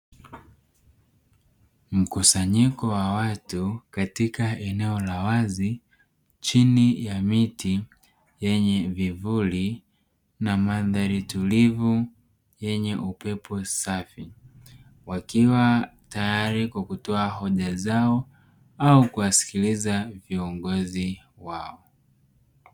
Mkusanyiko wa watu katika eneo la wazi, chini ya miti yenye vivuli na mandhari tulivu yenye upepo safi. Wakiwa tayari kutoa hoja zao au kuwasikiliza viongozi wao.